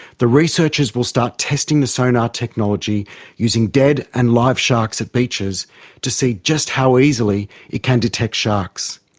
the researchers will start testing the sonar technology using dead and live sharks at beaches to see just how easily it can detect sharks.